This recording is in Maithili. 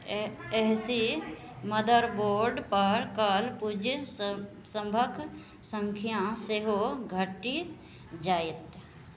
एह एहसी मदरबोर्डपर कल पुर्जासभक सङ्ख्या सेहो घटि जायत